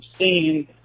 seen